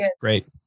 great